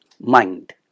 mind